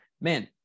man